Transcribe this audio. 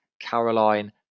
Caroline